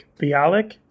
bialik